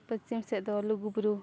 ᱯᱚᱥᱪᱤᱢ ᱥᱮᱫ ᱫᱚ ᱞᱩᱜᱩᱵᱩᱨᱩ